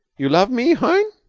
you love me, hein?